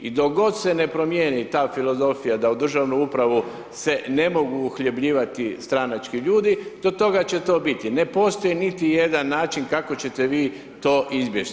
I dok god se ne promijeni ta filozofija da u državnu upravu se ne mogu uhljebljivati stranački ljudi do toga će to biti, ne postoji niti jedan način kako ćete vi to izbjeći.